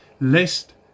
Lest